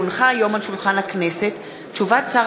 כי הונחה היום על שולחן הכנסת תשובת שר